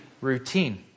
routine